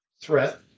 threat